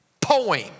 poem